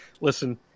listen